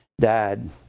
died